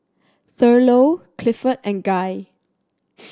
Thurlow Clifford and Guy